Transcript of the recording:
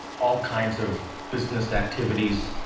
all kinds of business activities